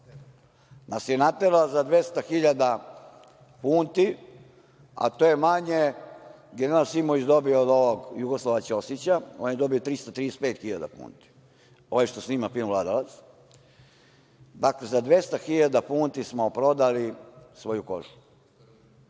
nas je naterala za 200.000 funti, a to je manje, general Simović je dobio od ovog Jugoslava Ćosića, on je dobio 335.000 funti, ovaj što snima film „Vladalac“, dakle, za 200.000 funti smo prodali svoju kožu.